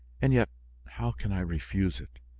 and yet how can i refuse it?